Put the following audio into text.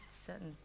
certain